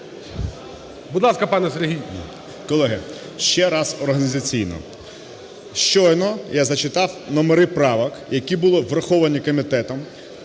Будь ласка, пане Сергій.